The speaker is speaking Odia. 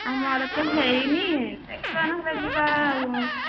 ଆମର ତ ହୋଇନି ଦେଖିବା ନ ହେଲେ ଯିବା ଆଉ